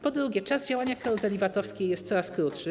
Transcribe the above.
Po drugie, czas działania karuzeli VAT-owskiej jest coraz krótszy.